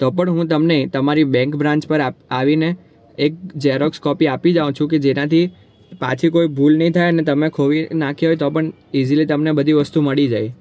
તો પણ હું તમને તમારી બેન્ક બ્રાન્ચ પર આવીને એક ઝેરોક્ષ કોપી આપી જાઉં છું કે જેનાથી પાછી કોઈ ભૂલ નહીં થાય ને તમે ખોઈ નાખ્યા હોય તો પણ ઇઝીલી તમને બધી વસ્તુ મળી જાય